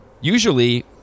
Usually